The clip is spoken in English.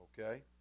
okay